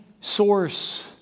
source